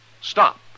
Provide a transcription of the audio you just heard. stop